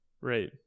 Right